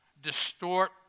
distort